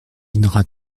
dînera